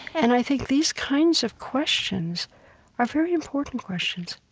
and i think these kinds of questions are very important questions